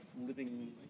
living